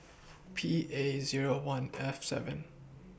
P A Zero one F seven